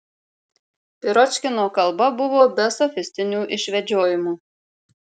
piročkino kalba buvo be sofistinių išvedžiojimų